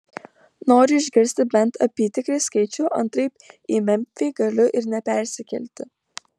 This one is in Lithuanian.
noriu išgirsti bent apytikrį skaičių antraip į memfį galiu ir nepersikelti